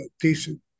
decent